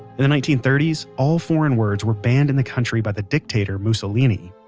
in the nineteen thirty s, all foreign words were banned in the country by the dictator, mussolini.